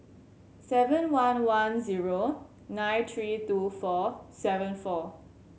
seven one one zero nine three two four seven four